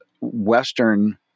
Western